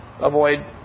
avoid